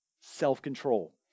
self-control